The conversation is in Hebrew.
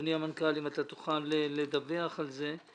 מאדוני המנכ"ל, אם תוכל לדווח על זה.